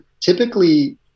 Typically